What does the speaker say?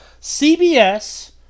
CBS